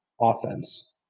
offense